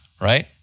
right